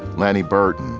lanni burden,